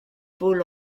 paul